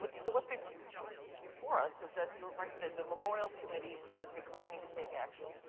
but so what's before before us is that that the memorials committee is declining to take action.